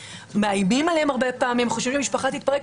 מאיימים עליהם הרבה פעמים, חושבים שהמשפחה תתפרק.